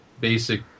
basic